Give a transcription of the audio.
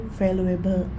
valuable